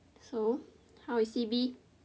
so how is C_B